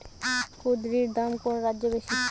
কুঁদরীর দাম কোন রাজ্যে বেশি?